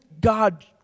God